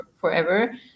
forever